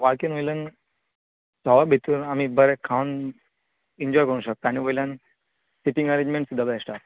वाळकेन वयल्यान सवाय भितूर आमी बरें खावन इंजाॅय करू शकता आनी वयल्यान सिटींग अरेंजमँट सुद्दां बॅस्ट आहा